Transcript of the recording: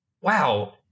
wow